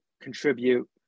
Contribute